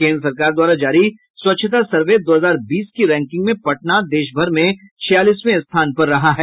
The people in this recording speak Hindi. केन्द्र सरकार द्वारा जारी स्वच्छता सर्वे दो हजार बीस की रैंकिंग में पटना देशभर में छियालीसवें स्थान पर रहा है